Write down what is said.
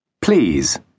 please